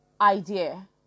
idea